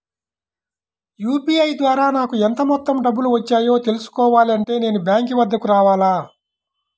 UPI ద్వారా నాకు ఎంత మొత్తం డబ్బులు వచ్చాయో తెలుసుకోవాలి అంటే నేను బ్యాంక్ వద్దకు రావాలా?